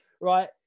Right